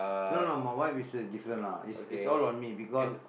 no no my wife is a different lah is is all one me because